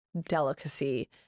delicacy